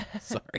Sorry